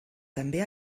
també